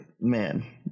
Man